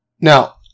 Now